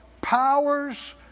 powers